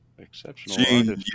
exceptional